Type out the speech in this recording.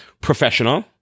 professional